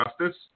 justice